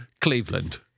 Cleveland